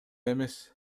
эмес